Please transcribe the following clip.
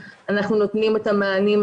חלק מהדיונים כשאנחנו נראה את סדר-היום של כל דיון,